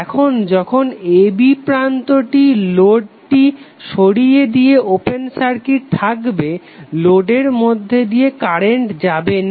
এখন যখন a b প্রান্তটি লোডটি সরিয়ে দিয়ে ওপেন সার্কিট থাকবে লোডের মধ্যে দিয়ে কারেন্ট যাবে না